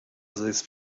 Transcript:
these